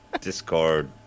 Discord